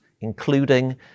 including